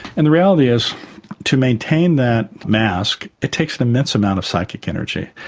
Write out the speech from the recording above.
and the reality is to maintain that mask it takes an immense amount of psychic energy.